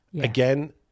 again